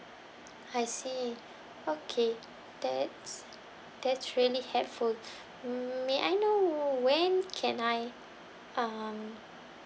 I see okay that's that's really helpful mm may I know when can I um